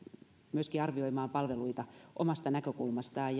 myöskin arvioimaan palveluita omasta näkökulmastaan